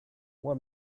what